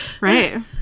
Right